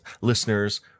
listeners